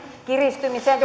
kiristymiseen